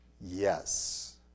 Yes